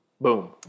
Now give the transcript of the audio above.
boom